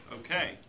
Okay